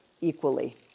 equally